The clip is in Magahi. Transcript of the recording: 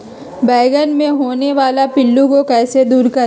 बैंगन मे होने वाले पिल्लू को कैसे दूर करें?